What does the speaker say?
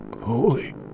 holy